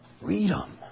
freedom